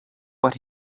what